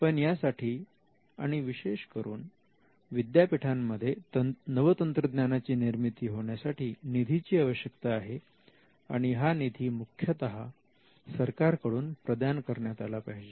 पण यासाठी आणि विशेष करून विद्यापीठांमध्ये नवतंत्रज्ञानाची निर्मिती होण्यासाठी निधीची आवश्यकता आहे आणि हा निधी मुख्यतः सरकार कडून प्रदान करण्यात आला पाहिजे